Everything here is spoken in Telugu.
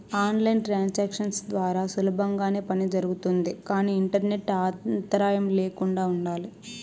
ఆన్ లైన్ ట్రాన్సాక్షన్స్ ద్వారా సులభంగానే పని జరుగుతుంది కానీ ఇంటర్నెట్ అంతరాయం ల్యాకుండా ఉండాలి